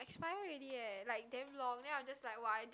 expiry already eh like damn long then I'm just like !wah! I damn